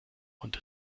und